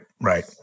Right